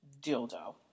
dildo